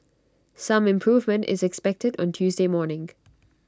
some improvement is expected on Tuesday morning